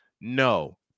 No